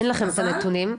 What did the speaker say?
אין לכם את הנתונים,